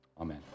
Amen